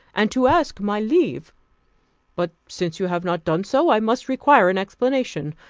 and to ask my leave but since you have not done so, i must require an explanation,